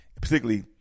particularly